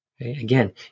Again